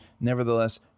nevertheless